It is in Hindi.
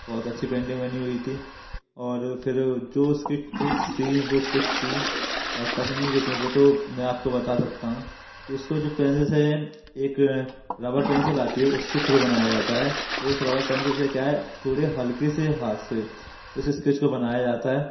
बहुत अच्छी पेंटिंग बनी हुई थी और फ़िर जो उसकी ट्रिक्स थीं वह टिप्स थीं और तकनीकें थीं वह तो मैं आपको बता सकता हूँ कि उसको जिस पेंसिल से एक रबड़ पेंसिल आती है उसके थ्रू बनाया जाता है तो उस रबर पेंसिल से क्या है थोड़े हल्के से हाथ से उस स्केच को बनाया जाता है